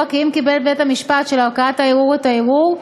כי אם קיבל בית-המשפט של ערכאת הערעור את הערעור,